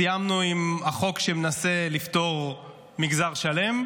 סיימנו עם החוק שמנסה לפטור מגזר שלם,